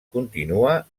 continua